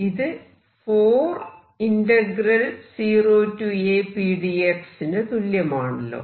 ഇത് 40Apdx നു തുല്യമാണല്ലോ